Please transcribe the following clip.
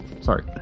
Sorry